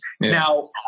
now